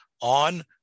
on